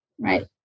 Right